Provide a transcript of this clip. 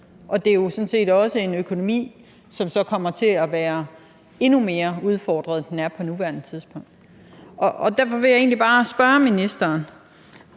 Og det er jo sådan set også en økonomi, som så kommer til at være endnu mere udfordret, end den er på nuværende tidspunkt. Og den nuværende strategi,